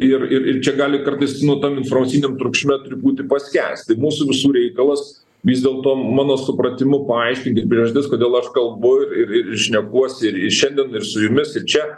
ir ir ir čia gali kartais nu tam informaciniam triukšme turi būti paskęsti mūsų visų reikalas vis dėlto mano supratimu paaiškinti priežastis kodėl aš kalbu ir ir šnekuosi ir į šiandien ir su jumis ir čia